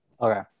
Okay